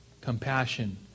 compassion